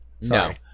No